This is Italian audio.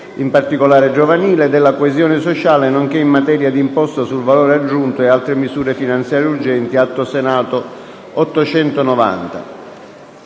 in particolare giovanile, della coesione sociale, nonché in materia di Imposta sul valore aggiunto (IVA) e altre misure finanziarie urgenti», premesso che: